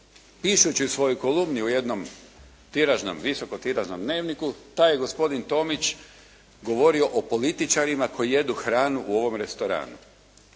Pišući u svojoj kolumni u jednom tiražnom, visoko tiražnom dnevniku taj gospodin Tomić govorio o političarima koji jedu hranu u ovom restoranu